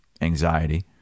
anxiety